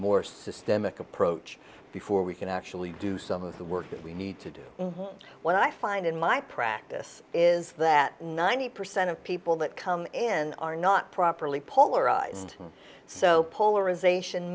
more systemic approach before we can actually do some of the work that we need to do when i find in my practice is that ninety percent of people that come in are not properly polarized so polarization